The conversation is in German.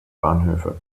bahnhöfe